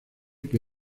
que